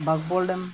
ᱵᱟᱜᱽᱵᱚᱞ dam